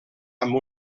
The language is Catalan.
amb